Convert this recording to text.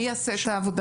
מי יעשה את העבודה?